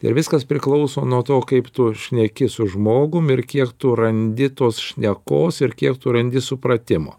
ir viskas priklauso nuo to kaip tu šneki su žmogum ir kiek tu randi tos šnekos ir kiek tu randi supratimo